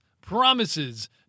promises